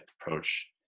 approach